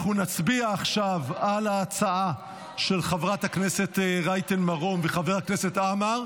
אנחנו נצביע עכשיו על ההצעה של חברת הכנסת רייטן מרום וחבר הכנסת עמאר.